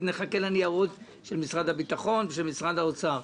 שנחכה לניירות של משרד הביטחון ושל משרד האוצר.